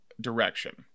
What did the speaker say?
direction